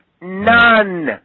None